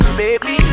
baby